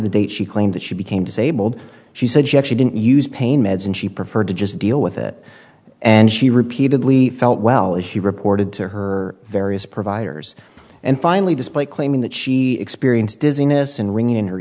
the date she claimed that she became disabled she said she actually didn't use pain meds and she preferred to just deal with it and she repeatedly felt well if she reported to her various providers and finally despite claiming that she experienced dizziness in ringing